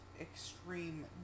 extreme